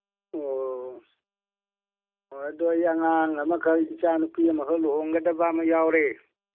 ꯑꯣ ꯑꯣ ꯑꯗꯣ ꯑꯩ ꯑꯉꯥꯡ ꯑꯃꯈꯛ ꯏꯆꯥꯅꯨꯄꯤ ꯑꯃꯈꯛ ꯂꯨꯍꯣꯡꯒꯗꯕ ꯑꯃ ꯌꯥꯎꯔꯦ